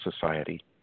society